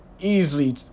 easily